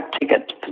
ticket